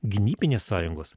gynybinės sąjungos